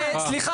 למד"א.